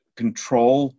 control